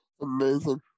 Amazing